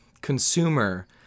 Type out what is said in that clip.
consumer